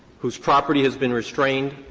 whose property has been restrained,